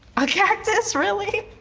a cactus really?